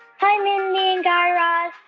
hi, mindy and guy raz.